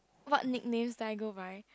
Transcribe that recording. what nickname do I go by